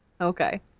Okay